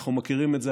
אנחנו מכירים את זה,